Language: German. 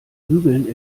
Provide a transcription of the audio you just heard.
bügeln